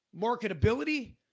marketability